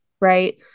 right